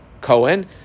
Cohen